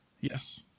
Yes